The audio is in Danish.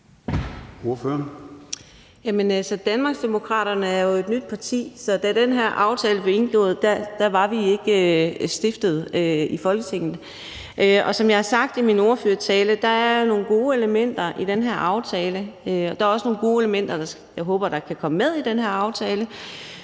Danmarksdemokraterne er jo et nyt parti, så da den her aftale blev indgået, var vi ikke stiftet i Folketinget. Som jeg har sagt i min ordførertale, er der nogle gode elementer i den her aftale, og der er også nogle gode elementer, som jeg håber kan komme med i den her aftale.